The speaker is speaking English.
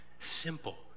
simple